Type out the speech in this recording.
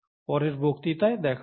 পরের বক্তৃতায় দেখা হবে